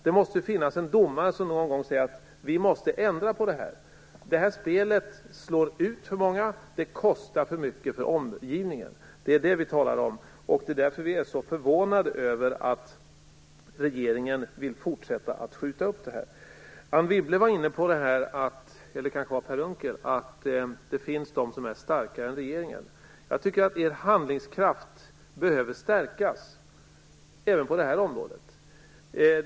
Det måste finnas en domare som någon gång säger att vi måste ändra på det här. Det här spelet slår ut för många, och det kostar för mycket för omgivningen. Det är det vi talar om, och det är därför vi är så förvånade över att regeringen vill fortsätta att skjuta upp detta. Per Unckel var inne på att det finns de som är starkare än regeringen. Jag tycker att er handlingskraft behöver stärkas även på det här området.